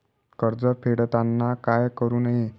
कर्ज फेडताना काय करु नये?